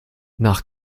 nach